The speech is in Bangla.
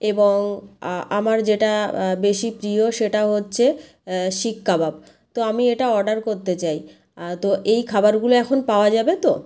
এবং আমার যেটা বেশি প্রিয় সেটা হচ্ছে শিক কাবাব তো আমি এটা অর্ডার করতে চাই তো এই খাবারগুলো এখন পাওয়া যাবে তো